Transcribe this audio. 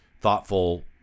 thoughtful